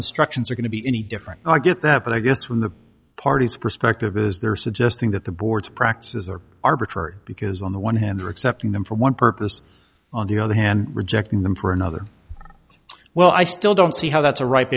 instructions are going to be any different i get that but i guess when the party's perspective is they're suggesting that the board's practices are arbitrary because on the one hand they're accepting them for one purpose on the other hand rejecting them for another well i still don't see how that's a ripe